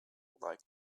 like